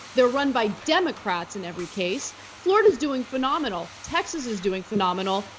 they're run by democrats in every case. florida is doing phenomenal, texas is doing phenomenal,